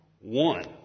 one